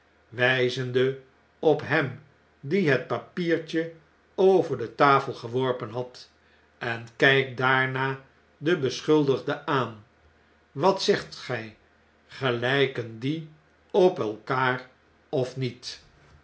wyzende op hem die het papiertje over de tafel geworpen had en kjjk daarna den beschuldigde aan wat zegt gij gelijken die op elkaar of niet